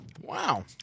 Wow